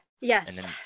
Yes